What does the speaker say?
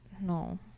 No